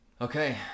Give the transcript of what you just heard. Okay